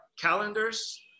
calendars